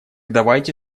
давайте